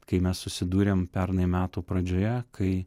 kai mes susidūrėm pernai metų pradžioje kai